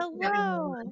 hello